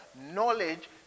Knowledge